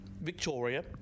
Victoria